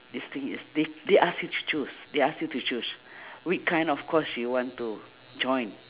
this thing is th~ they ask you to choose they ask you to choose which kind of course you want to join